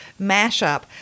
mashup